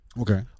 Okay